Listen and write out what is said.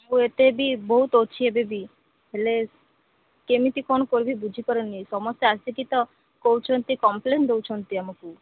ମୁଁ ଏତେ ବି ବହୁତ ଅଛି ଏବେବି ହେଲେ କେମିତି କ'ଣ କରିବି ବୁଝିପାରୁନି ସମସ୍ତେ ଆସିକି ତ କହୁଛନ୍ତି କମ୍ପ୍ଲେନ୍ ଦେଉଛନ୍ତି ଆମକୁ